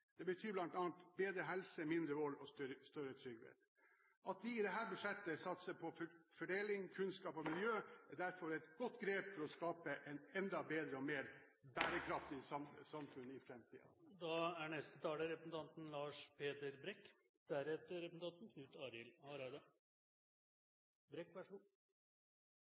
Det betyr bl.a. bedre helse, mindre vold og større trygghet. At vi i dette budsjettet satser på fordeling, kunnskap og miljø, er derfor et godt grep for å skape et enda bedre og mer bærekraftig samfunn for framtiden. Den økonomiske veksten i euroområdet går nedover, arbeidsløsheten stiger, rentene er